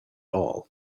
all